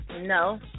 No